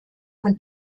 von